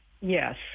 yes